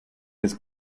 his